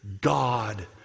God